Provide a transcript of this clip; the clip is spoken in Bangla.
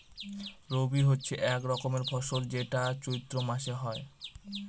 রবি হচ্ছে এক রকমের ফসল যেটা চৈত্র মাসে হয়